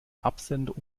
absender